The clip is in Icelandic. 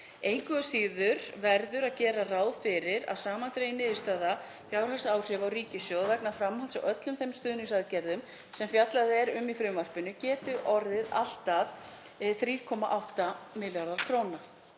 Engu að síður verður að gera ráð fyrir að samandregin niðurstaða fjárhagsáhrifa á ríkissjóð, vegna framhalds á öllum þeim stuðningsaðgerðum sem fjallað er um í frumvarpinu, geti orðið allt að 3,8 milljarðar kr.